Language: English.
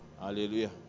hallelujah